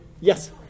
yes